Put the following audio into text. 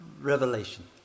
Revelation